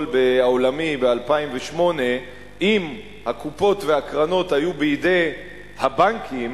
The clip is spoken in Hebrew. העולמי ב-2008 היו הקופות והקרנות בידי הבנקים,